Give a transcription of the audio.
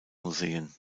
museen